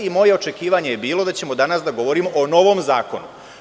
Moje očekivanje je bilo da ćemo danas da govorimo o novom zakonu.